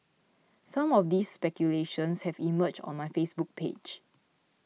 some of these speculations have emerged on my Facebook page